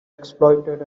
exploited